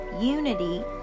unity